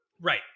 Right